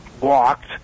walked